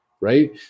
right